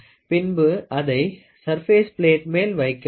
பின்பு அதை சர்ப்பேஸ் பிளேட்மேல் வைக்க வேண்டும்